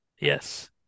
Yes